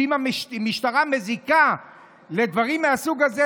שאם המשטרה מזיקה בדברים מהסוג הזה,